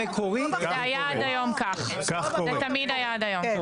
זה היה עד היום כך, זה תמיד היה עד היום.